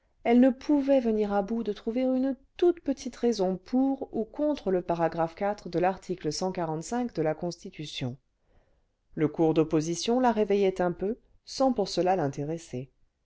elle ne pouvait venir à bout de trouver une toute petite raison le vingtième siècle pour ou contre le paragraphe de l'article de la constitution le cours d'opposition la réveillait un peu sans pour cela l'intéresser